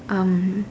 um